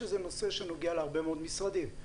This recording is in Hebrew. זה נושא שנוגע להרבה מאוד משרדים,